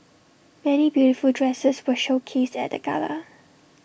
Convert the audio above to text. many beautiful dresses were showcased at the gala